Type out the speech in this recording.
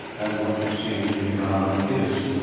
and what you see in brown is,